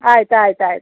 ಆಯ್ತು ಆಯ್ತು ಆಯ್ತು